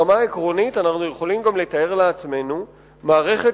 ברמה העקרונית אנחנו יכולים גם לתאר לעצמנו מערכת